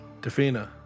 Tafina